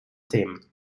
themen